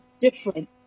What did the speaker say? different